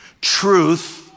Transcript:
truth